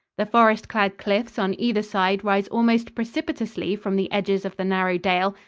the forest-clad cliffs on either side rise almost precipitously from the edges of the narrow dale,